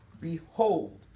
behold